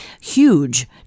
huge